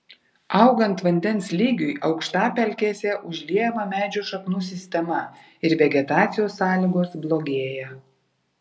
augant vandens lygiui aukštapelkėse užliejama medžių šaknų sistema ir vegetacijos sąlygos blogėja